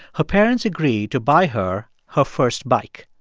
her parents agreed to buy her her first bike.